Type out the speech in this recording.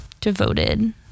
devoted